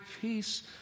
peace